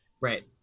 right